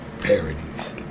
parodies